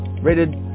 rated